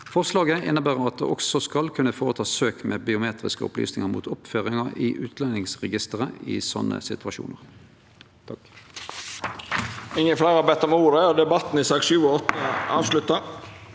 Forslaget inneber at ein også skal kunne ta søk med biometriske opplysningar mot oppføringar i utlendingsregisteret i slike situasjonar.